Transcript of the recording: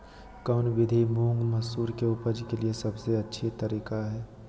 कौन विधि मुंग, मसूर के उपज के लिए सबसे अच्छा तरीका है?